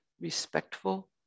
respectful